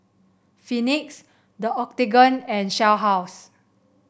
Phoenix The Octagon and Shell House